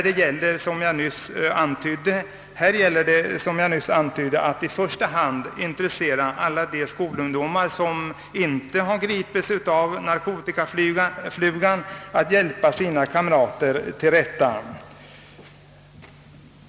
Det gäller som jag nyss antydde att i första hand intressera alla de skolungdomar som inte gripits av narkotikaflugan att hjälpa sina kamrater till rätta.